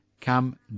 Come